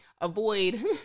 avoid